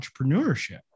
entrepreneurship